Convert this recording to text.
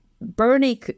Bernie